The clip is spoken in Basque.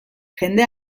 jende